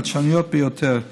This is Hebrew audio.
חדשניות ביותר.